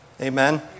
Amen